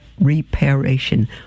reparation